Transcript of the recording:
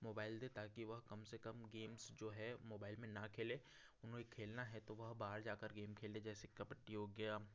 mobile दे ताकि वह कम से कम गेम्स जो है मोबाइल में ना खेले उन्हें खेलना है तो बाहर जाकर गेम खेले जैसे कबड्डी हो गया